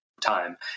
time